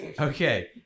Okay